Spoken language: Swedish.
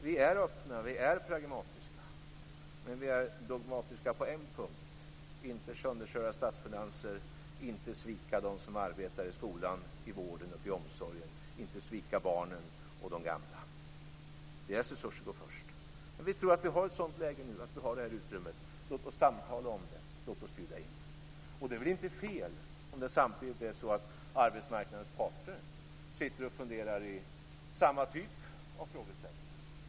Vi är öppna och pragmatiska, men vi är dogmatiska på en punkt: när det gäller att inte sönderköra statsfinanser och när det gäller att inte svika dem som arbetar i skolan, i vården och i omsorgen liksom inte heller barnen och de gamla. Deras resurser går först. Vi tror att vi nu har ett läge där vi har utrymme för detta. Låt oss bjuda in till att samtala om det. Det är väl inte fel om arbetsmarknadens parter samtidigt sitter och funderar omkring samma typ av frågeställningar.